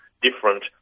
different